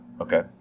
Okay